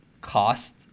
cost